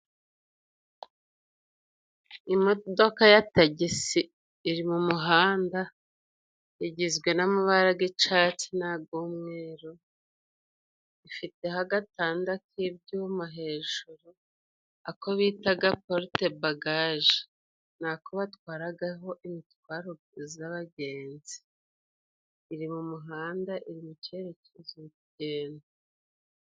Imodoka ya tagisi iri mu muhanda, igizwe n'amabara gicatsi n'agumweru ifite n'agatanda k'ibyuma hejuruko bitaga porute bagaje ni ako batwaragaho imitwaro z'abagenzi, iri mu muhanda iri mu cyerekezo c'urugendo.